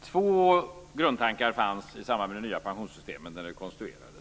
Två grundtankar fanns i samband med det nya pensionssystemet när det konstruerades.